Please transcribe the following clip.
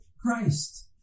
Christ